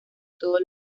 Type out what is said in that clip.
todo